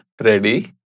ready